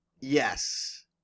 Yes